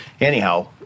anyhow